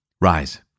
Rise